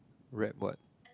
read what